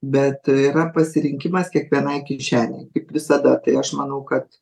bet yra pasirinkimas kiekvienai kišenei kaip visada tai aš manau kad